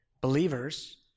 Believers